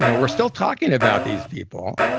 you know we're still talking about these people